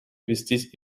вестись